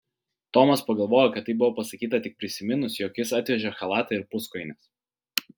tomas pagalvojo kad taip buvo pasakyta tik prisiminus jog jis atvežė chalatą ir puskojines